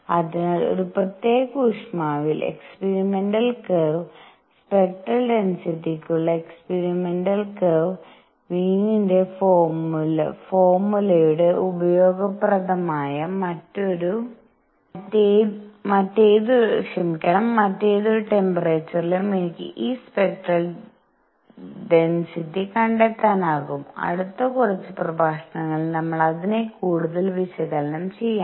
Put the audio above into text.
അതിനാൽ ഒരു പ്രത്യേക ഊഷ്മാവിൽ എക്സ്പീരിമെന്റൽ കർവ് സ്പെക്ട്രൽ ഡെൻസിറ്റിയ്ക്കുള്ള എക്സ്പീരിമെന്റൽ കർവ് വീനിന്റെ ഫോർമുലയുടെwiens formula ഉപയോഗപ്രദമായ മറ്റേതൊരു ട്ടെമ്പേറെചറിലും എനിക്ക് ഈ സ്പെക്ട്രൽ ഡെൻസിറ്റി കണ്ടെത്താനാകും അടുത്ത കുറച്ച് പ്രഭാഷണങ്ങളിൽ നമ്മൾ അതിനെ കൂടുതൽ വിശകലനം ചെയാം